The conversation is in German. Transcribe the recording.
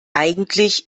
eigentlich